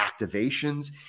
activations